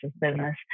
business